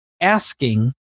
asking